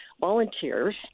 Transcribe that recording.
volunteers